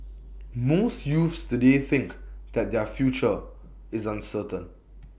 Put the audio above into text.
most youths today think that their future is uncertain